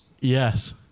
Yes